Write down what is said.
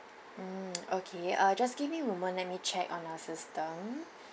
mm okay uh just give me moment let me check on our system